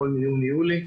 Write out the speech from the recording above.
הכל מיוני- יולי.